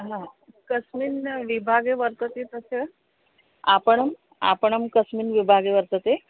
हा कस्मिन् विभागे वर्तते तस्य आपणम् आपणं कस्मिन् विभागे वर्तते